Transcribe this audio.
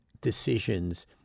decisions